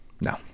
no